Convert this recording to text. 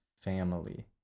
family